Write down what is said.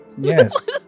yes